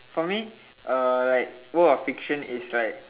for me uh like world of fiction is like